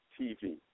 TV